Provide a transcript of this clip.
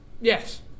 yes